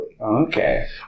Okay